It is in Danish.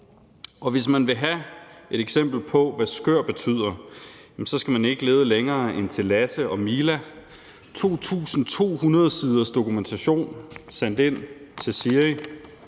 Og hvis man vil have et eksempel på, hvad »skør« betyder, skal man ikke lede længere end til Lasse og Mila: 2.200 siders dokumentation sendt ind til SIRI,